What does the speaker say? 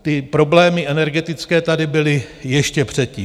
Ty problémy energetické tady byly ještě předtím.